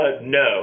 no